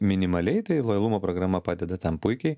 minimaliai tai lojalumo programa padeda tam puikiai